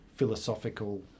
philosophical